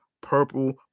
purple